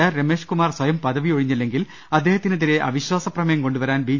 R Ramesh Kumar സ്ഥയം പദവി ഒഴിഞ്ഞില്ലെങ്കിൽ അദ്ദേഹത്തിനെതിരെ അവിശ്വാസ പ്രമേയം കൊണ്ടുവരാൻ ബി